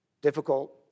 difficult